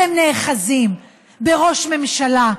אתן נאחזות בראש ממשלה,